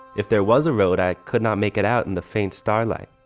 if there was a road, i could not make it out in the faint starlight.